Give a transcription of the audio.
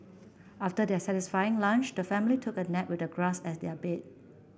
after their satisfying lunch the family took a nap with the grass as their bed